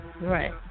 Right